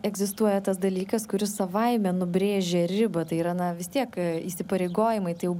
egzistuoja tas dalykas kuris savaime nubrėžia ribą tai yra na vis tiek įsipareigojimai tai jau